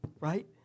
right